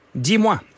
dis-moi